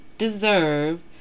deserve